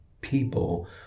people